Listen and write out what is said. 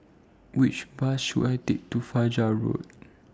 Which Bus should I Take to Fajar Road